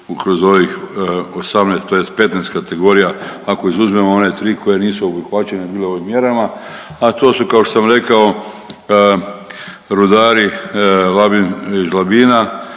kroz ovih 18 tj. 15 kategorija ako izuzmemo one 3 koje nisu obuhvaćene bile ovim mjerama, a to su kao što sam rekao rudari Labin, iz Labina